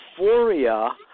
euphoria